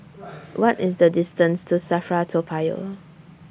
What IS The distance to SAFRA Toa Payoh